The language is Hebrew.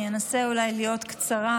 אני אנסה אולי לקצר,